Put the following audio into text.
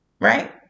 right